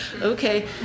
Okay